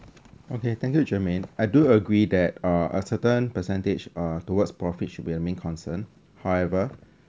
okay thank you germaine I do agree that uh a certain percentage uh towards profit should be a main concern however